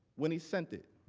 when he sent it.